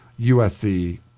USC